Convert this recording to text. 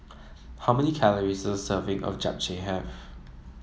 how many calories does a serving of Japchae have